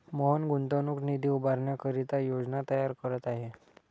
मोहन गुंतवणूक निधी उभारण्याकरिता योजना तयार करत आहे